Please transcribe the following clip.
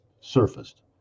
surfaced